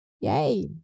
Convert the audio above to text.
Yay